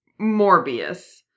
Morbius